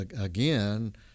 again